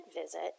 visit